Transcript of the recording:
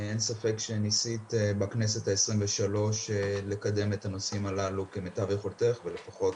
אין ספק שניסית בכנסת ה-23 לקדם את הנושאים הללו כמיטב יכולתך ולפחות